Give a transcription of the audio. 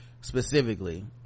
specifically